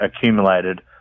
accumulated